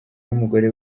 n’umugore